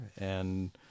And-